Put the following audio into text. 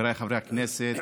חבריי חברי הכנסת,